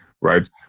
right